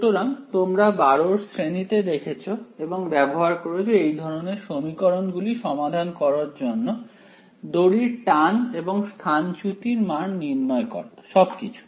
সুতরাং তোমরা 12 এর শ্রেণীতে দেখেছো এবং ব্যবহার করেছ এই ধরনের সমীকরণ গুলি সমাধান করার জন্য দড়ির টান এবং স্থানচ্যুতি এর মান নির্ণয় করা সবকিছু